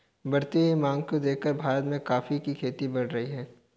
बढ़ती हुई मांग को देखकर भारत में कॉफी की खेती बढ़ रही है